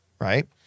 right